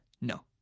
No